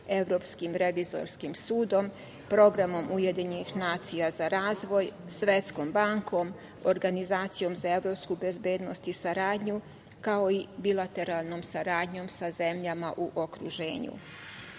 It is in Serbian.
Evropskim revizorskim sudom, programa UN za razvoj, Svetskom bankom, Organizacijom za evropsku bezbednost i saradnju, kao i bilateralnom saradnjom sa zemljama u okruženju.